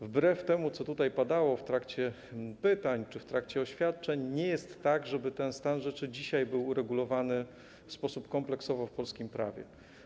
Wbrew temu, co tutaj padało w trakcie pytań czy w trakcie oświadczeń, nie jest tak, żeby ten stan rzeczy dzisiaj był uregulowany w sposób kompleksowy w polskim prawie.